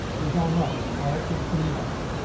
you're done. right, right. it's the us.